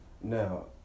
now